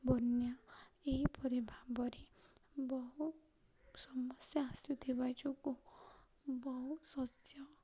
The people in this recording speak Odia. ବନ୍ୟା ଏହିପରି ଭାବରେ ବହୁ ସମସ୍ୟା ଆସୁଥିବା ଯୋଗୁଁ ବହୁ ଶସ୍ୟ